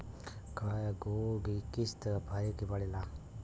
कय गो किस्त भरे के पड़ेला?